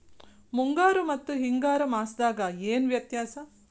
ಮುಂಗಾರು ಮತ್ತ ಹಿಂಗಾರು ಮಾಸದಾಗ ಏನ್ ವ್ಯತ್ಯಾಸ?